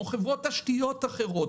כמו חברות תשתיות אחרות,